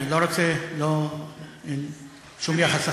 אני לא רוצה שום יחס אחר,